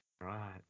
Right